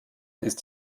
ist